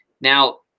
Now